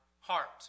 heart